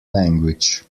language